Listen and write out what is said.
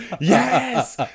Yes